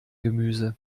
gemüse